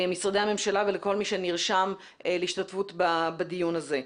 משרדי הממשלה ולכל מי שנרשם להשתתפות בדיון הזה.